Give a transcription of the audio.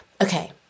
okay